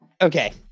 okay